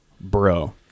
bro